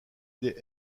des